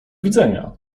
widzenia